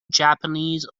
japanese